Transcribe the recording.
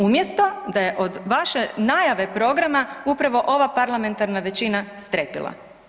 Umjesto da je od vaše najave programa upravo ova parlamentarna većina strepila.